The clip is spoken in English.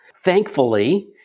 Thankfully